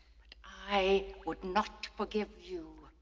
i would not forgive you.